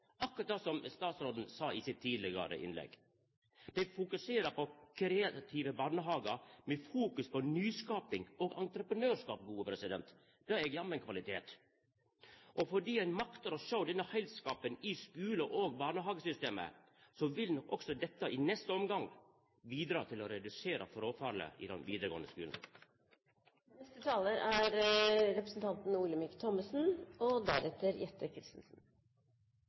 – akkurat det statsråden sa i sitt innlegg. Dei fokuserer på kreative barnehagar med fokus på nyskaping og entreprenørskap. Det er jammen kvalitet. Og fordi ein maktar å sjå denne heilskapen i skule- og barnehagesystemet, vil nok også dette i neste omgang bidra til å redusera fråfallet i den vidaregåande skulen. Det har vært en fin debatt, og det er